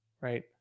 right